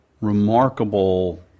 remarkable